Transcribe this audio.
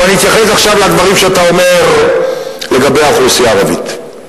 אבל אני אתייחס עכשיו לדברים שאתה אומר לגבי האוכלוסייה הערבית.